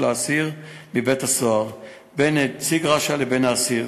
אסיר מבית-הסוהר בין נציג רש"א לבין האסיר,